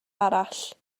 arall